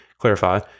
clarify